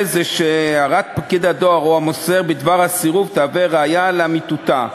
שהערת פקיד הדואר או המוסר בדבר הסירוב תהווה ראיה לאמיתותה.